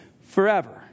forever